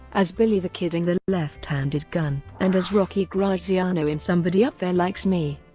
as billy the kid in the left handed gun and as rocky graziano in somebody up there likes me,